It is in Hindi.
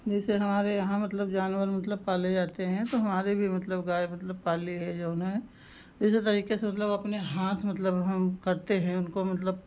जैसे हमारे यहाँ मतलब जानवर मतलब पाले जाते हैं तो हमारे भी मतलब गाय मतलब पाली है जऊन है ये जो तरीके से मतलब अपने हाथ मतलब हम करते हैं उनको मतलब